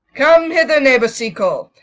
come hither, neighbour seacoal.